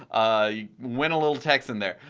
ah went a lil texan there.